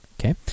okay